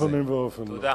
בשום פנים ואופן לא.